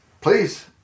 Please